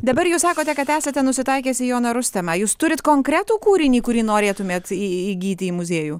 dabar jūs sakote kad esate nusitaikęs į joną rustemą jūs turit konkretų kūrinį kurį norėtumėt į įgyt į muziejų